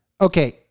okay